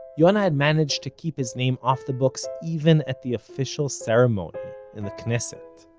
yonah had managed to keep his name off the books even at the official ceremony in the knesset.